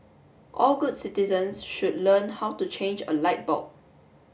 all good citizens should learn how to change a light bulb